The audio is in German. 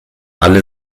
alle